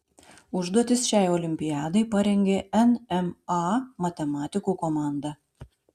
užduotis šiai olimpiadai parengė nma matematikų komanda